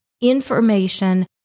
information